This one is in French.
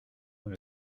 dans